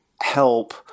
help